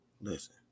listen